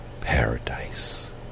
paradise